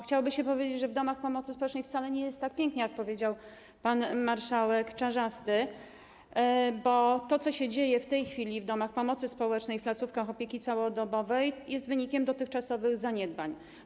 Chciałoby się powiedzieć, że w domach pomocy społecznej wcale nie jest tak pięknie, jak powiedział pan marszałek Czarzasty, bo to, co się dzieje w tej chwili w domach pomocy społecznej, w placówkach opieki całodobowej, jest wynikiem dotychczasowych zaniedbań.